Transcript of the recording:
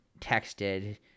texted